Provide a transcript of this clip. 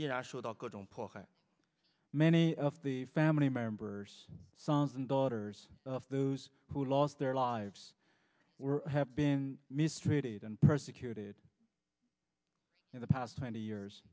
yeah sure dr don't pocket many of family members sons and daughters of those who lost their lives were have been mistreated and persecuted in the past twenty years